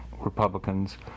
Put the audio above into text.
Republicans